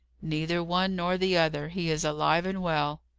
neither one nor the other. he is alive and well.